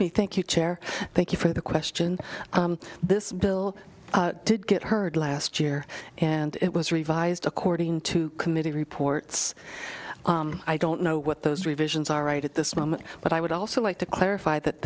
me thank you chair thank you for the question this bill did get heard last year and it was revised according to committee reports i don't know what those revisions are right at this moment but i would also like to clarify that